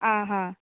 आं हां